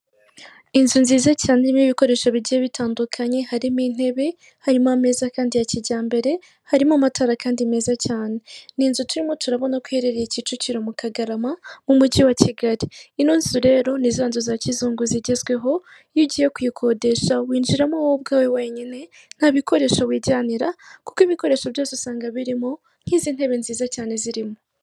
Inzu nziza cyane irimo ibikoresho bigiye bitandukanye, harimo intebe, harimo ameza kandi ya kijyambere, harimo amatara kandi meza cyane. Ni inzu turimo turabona ko iherereye Kicukiro mu Kagarama mu mujyi wa Kigali. Ino nzu rero, ni za nzu za kizungu, zigezweho, iyo ugiye kuyikodesha winjiramo wowe ubwawe wenyine, nta bikoresho wijyanira kuko ibikoresho byose usanga birimo nk'izi ntebe nziza cyane zirimo.